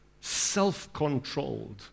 self-controlled